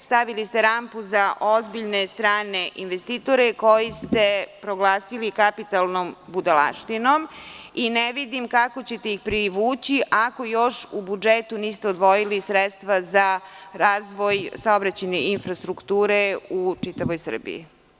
Stavili ste rampu za ozbiljne strane investitore koje ste proglasili kapitalnom budalaštinom i ne vidim kako ćete ih privući, ako još u budžetu niste odvojili sredstva za razvoj saobraćajne infrastrukture u čitavoj Srbiji.